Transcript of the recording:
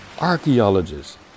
archaeologists